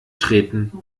treten